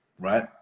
right